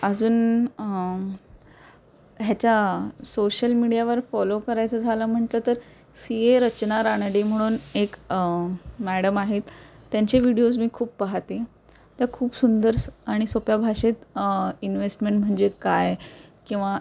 अजून ह्याच्या सोशल मीडियावर फॉलो करायचं झालं म्हटलं तर सी ए रचना रानडे म्हणून एक मॅडम आहेत त्यांचे व्हिडिओज मी खूप पाहते त्या खूप सुंदर आणि सोप्या भाषेत इन्वेस्टमेंट म्हणजे काय किंवा